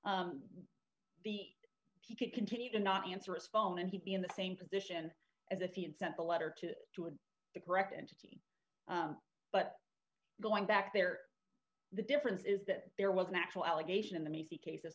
the he could continue to not answer a phone and he'd be in the same position as if he had sent the letter to the correct entity but going back there the difference is that there was an actual allegation in the me case as